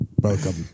Welcome